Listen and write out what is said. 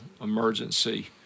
emergency